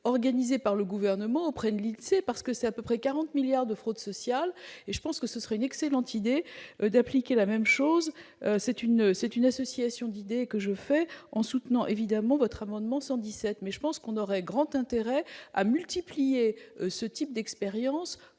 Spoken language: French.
organisée par le gouvernement auprès de île c'est parce que c'est à peu près 40 milliards de fraude sociale et je pense que ce serait une excellente idée d'appliquer la même chose : c'est une, c'est une association d'idées que je fais en soutenant évidemment votre amendement 117 mais je pense qu'on aurait grand intérêt à multiplier ce type d'expérience